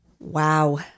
wow